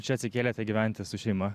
čia atsikėlėte gyventi su šeima